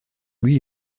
lui